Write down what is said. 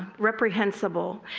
reprehensible.